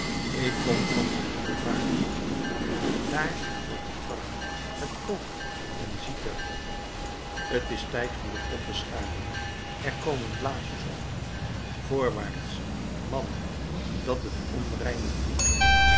ik kom van den boulevard vrienden daar wordt het warm het kookt en ziedt er t is tijd om den pot te schuimen er komen blaasjes op voorwaarts mannen dat het onreine bloed